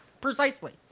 precisely